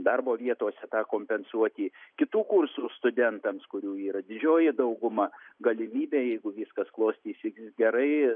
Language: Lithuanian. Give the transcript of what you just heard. darbo vietose tą kompensuoti kitų kursų studentams kurių yra didžioji dauguma galimybė jeigu viskas klostysis gerai